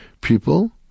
people